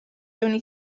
only